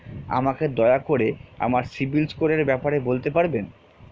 আমাকে দয়া করে আমার সিবিল স্কোরের ব্যাপারে বলতে পারবেন?